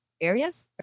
areas